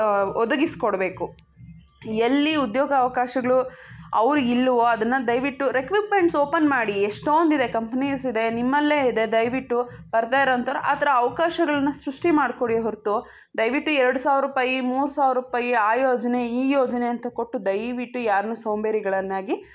ಒದಗಿಸಿ ಕೊಡಬೇಕು ಎಲ್ಲಿ ಉದ್ಯೋಗ ಅವಕಾಶಗಳು ಅವ್ರ್ಗೆ ಇಲ್ವೋ ಅದನ್ನು ದಯವಿಟ್ಟು ರೆಕ್ರೂಟ್ಮೆಂಟ್ಸ್ ಓಪನ್ ಮಾಡಿ ಎಷ್ಟೊಂದು ಇದೆ ಕಂಪ್ನೀಸ್ ಇದೆ ನಿಮ್ಮಲ್ಲೇ ಇದೆ ದಯವಿಟ್ಟು ಬರ್ತಾ ಇರೋವಂಥವ್ರು ಆ ಥರ ಅವಕಾಶಗಳ್ನ ಸೃಷ್ಟಿ ಮಾಡಿಕೊಡಿ ಹೊರತು ದಯವಿಟ್ಟು ಎರಡು ಸಾವಿರ ರೂಪಾಯಿ ಮೂರು ಸಾವಿರ ರೂಪಾಯಿ ಆ ಯೋಜನೆ ಈ ಯೋಜನೆ ಅಂತ ಕೊಟ್ಟು ದಯವಿಟ್ಟು ಯಾರನ್ನೂ ಸೋಂಬೇರಿಗಳನ್ನಾಗಿ